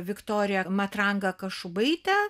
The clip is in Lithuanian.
viktoriją matrangą kašubaitę